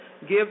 Give